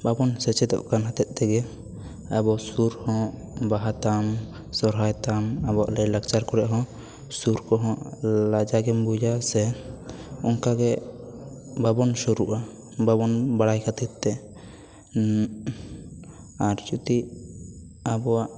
ᱵᱟᱵᱚᱱ ᱥᱮᱪᱮᱫᱚᱜ ᱠᱟᱱ ᱦᱚᱛᱮ ᱛᱮᱜᱮ ᱟᱵᱚ ᱥᱩᱨ ᱦᱚᱸ ᱵᱟᱦᱟ ᱛᱟᱢ ᱥᱚᱦᱚᱨᱟᱭ ᱛᱟᱢ ᱟᱵᱚᱭᱟᱜ ᱞᱟᱹᱭ ᱞᱟᱠᱪᱟᱨ ᱠᱚᱨᱮ ᱦᱚᱸ ᱥᱩᱨ ᱠᱚᱦᱚᱸ ᱞᱟᱡᱟᱣ ᱜᱮᱢ ᱵᱩᱡᱟ ᱥᱮ ᱚᱱᱟᱠᱟᱜᱮ ᱵᱟᱵᱚᱱ ᱥᱩᱨᱩᱜᱼᱟ ᱵᱟᱵᱚᱱ ᱵᱟᱲᱟᱭ ᱠᱷᱟᱹᱛᱤᱨ ᱛᱮ ᱟᱨ ᱡᱩᱫᱤ ᱟᱵᱚᱭᱟᱜ